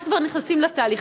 אז כבר נכנסים לתהליך.